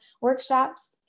workshops